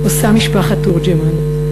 עושה משפחת תורג'מן,